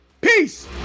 peace